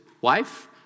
wife